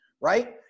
right